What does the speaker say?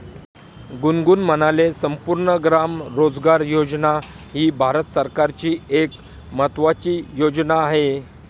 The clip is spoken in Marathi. गुनगुन म्हणाले, संपूर्ण ग्राम रोजगार योजना ही भारत सरकारची एक महत्त्वाची योजना आहे